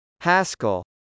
Haskell